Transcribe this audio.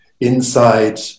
inside